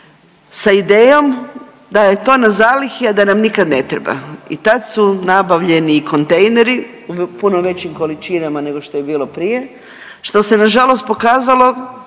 sa idejom da je to na zalihi, a da nikad ne treba. I tad su nabavljeni i kontejneri u puno većim količinama nego što je bilo prije što se nažalost pokazalo,